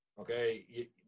okay